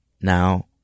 Now